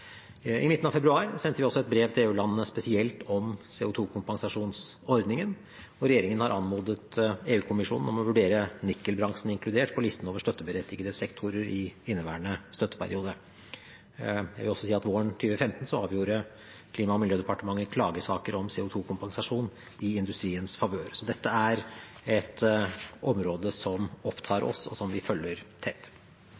I midten av februar sendte vi også et brev til EU-landene spesielt om CO2-kompensasjonsordningen, og regjeringen har anmodet EU-kommisjonen om å vurdere om nikkelbransjen burde vært inkludert på listen over støtteberettigete sektorer i inneværende støtteperiode. Jeg vil også si at våren 2015 avgjorde Klima- og miljødepartementet klagesaker om CO2-kompensasjon i industriens favør. Så dette er et område som